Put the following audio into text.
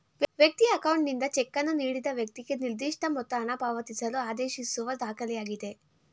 ವ್ಯಕ್ತಿಯ ಅಕೌಂಟ್ನಿಂದ ಚೆಕ್ಕನ್ನು ನೀಡಿದ ವ್ಯಕ್ತಿಗೆ ನಿರ್ದಿಷ್ಟಮೊತ್ತ ಹಣಪಾವತಿಸಲು ಆದೇಶಿಸುವ ದಾಖಲೆಯಾಗಿದೆ